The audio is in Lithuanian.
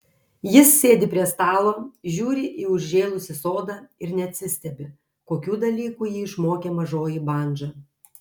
jis sėdi prie stalo žiūri į užžėlusį sodą ir neatsistebi kokių dalykų jį išmokė mažoji bandža